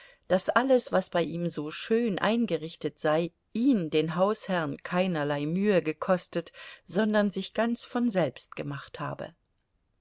daß alles was bei ihm so schön eingerichtet sei ihn den hausherrn keinerlei mühe gekostet sondern sich ganz von selbst gemacht habe